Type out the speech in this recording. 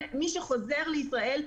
מי שחוזר לישראל,